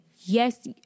yes